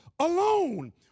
alone